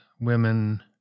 women